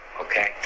okay